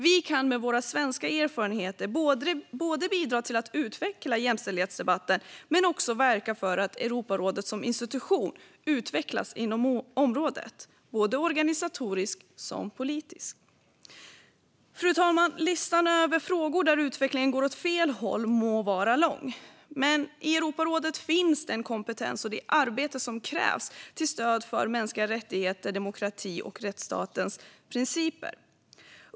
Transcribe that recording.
Vi kan med våra svenska erfarenheter både bidra till att utveckla jämställdhetsdebatten och verka för att Europarådet som institution utvecklas inom området, organisatoriskt som politiskt. Fru talman! Listan över frågor där utvecklingen går åt fel håll må vara lång, men i Europarådet finns den kompetens och det arbete som krävs till stöd för mänskliga rättigheter, demokrati och rättsstatens principer.